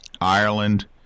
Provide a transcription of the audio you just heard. Ireland